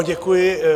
Děkuji.